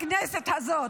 בכנסת הזאת,